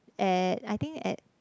at I think at